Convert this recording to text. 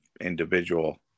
individual